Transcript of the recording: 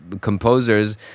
composers